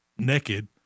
Naked